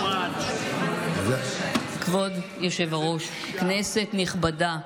כבוד היושב-ראש, כנסת נכבדה,